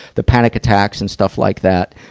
the panic attacks and stuff like that.